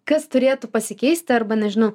kas turėtų pasikeisti arba nežinau